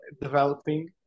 developing